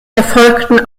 erfolgten